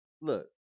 look